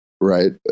Right